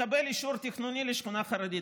ותקבל אישור תכנוני לשכונה חרדית.